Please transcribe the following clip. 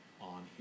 on